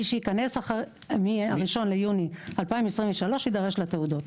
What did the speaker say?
מי שייכנס לישראל מ-1.6.23 יידרש לתעודות.